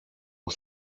που